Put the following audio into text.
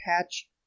patch